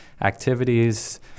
activities